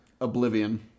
Oblivion